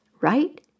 right